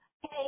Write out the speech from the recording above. Hey